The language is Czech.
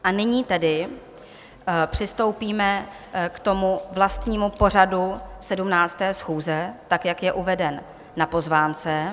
A nyní tedy přistoupíme k vlastnímu pořadu 17. schůze, tak jak je uveden na pozvánce.